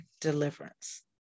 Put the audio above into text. deliverance